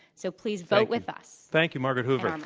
so please vote with us. thank you, margaret hoover. um